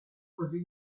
così